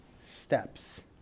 steps